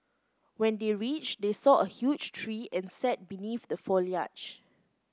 when they reached they saw a huge tree and sat beneath the foliage